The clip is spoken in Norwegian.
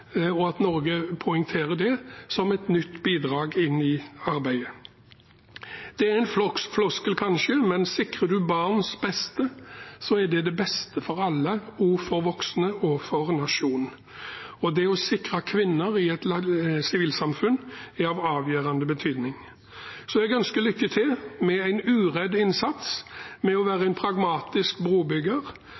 og at Norge poengterer det som et nytt bidrag i arbeidet. Det er en floskel, kanskje, men sikrer man barns beste, er det til det beste for alle, også for voksne og for nasjonen. Og det å sikre kvinner i et sivilsamfunn er av avgjørende betydning. Jeg ønsker lykke til med en uredd innsats, med å være en pragmatisk brobygger